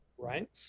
Right